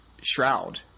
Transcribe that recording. Shroud